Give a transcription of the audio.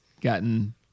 gotten